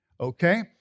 Okay